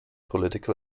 political